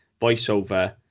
voiceover